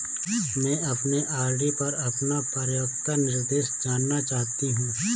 मैं अपने आर.डी पर अपना परिपक्वता निर्देश जानना चाहती हूँ